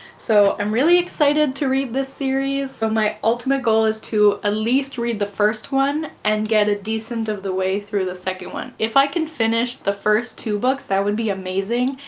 so i'm really excited to read this series, so my ultimate goal is to at ah least read the first one and get a decent of the way through the second one, if i can finish the first two books that would be amazing,